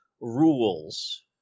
rules